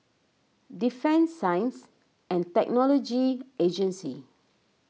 Defence Science and Technology Agency